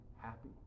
happy